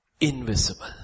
invisible